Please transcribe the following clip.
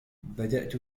بدأت